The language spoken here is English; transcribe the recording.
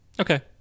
Okay